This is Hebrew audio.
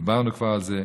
דיברנו כבר על זה.